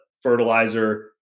fertilizer